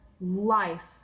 life